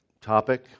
topic